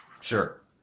Sure